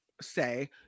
Say